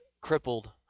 crippled